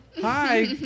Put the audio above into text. Hi